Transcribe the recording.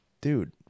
dude